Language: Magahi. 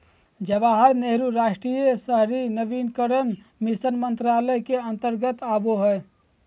जवाहरलाल नेहरू राष्ट्रीय शहरी नवीनीकरण मिशन मंत्रालय के अंतर्गत आवो हय